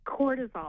cortisol